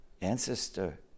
ancestor